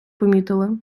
помітили